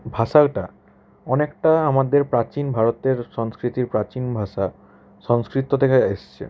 ভাষাটা অনেকটা আমাদের প্রাচীন ভারতের সংস্কৃতি প্রাচীন ভাষা সংস্কৃত থেকে এসেছে